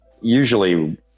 Usually